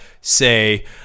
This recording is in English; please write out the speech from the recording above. say